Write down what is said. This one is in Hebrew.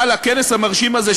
אבל הכנס המרשים הזה,